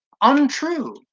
untrue